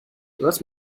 lass